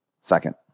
Second